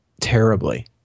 terribly